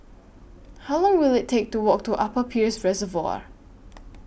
How Long Will IT Take to Walk to Upper Peirce Reservoir